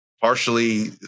partially